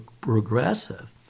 progressive